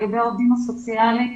לגבי העובדים הסוציאליים,